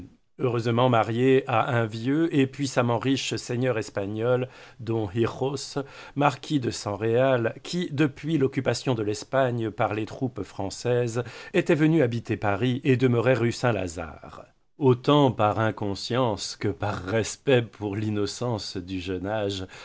heureusement mariée à un vieux et puissamment riche seigneur espagnol don hijos marquis de san réal qui depuis l'occupation de l'espagne par les troupes françaises était venu habiter paris et demeurait rue saint-lazare autant par insouciance que par respect pour l'innocence du